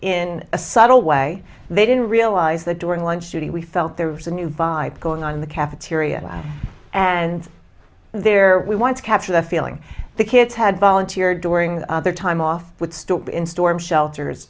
in a subtle way they didn't realize that during lunch today we felt there was a new vibe going on in the cafeteria and there we wanted to capture the feeling the kids had volunteered during their time off would stop in storm shelters